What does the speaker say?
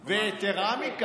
מיקי,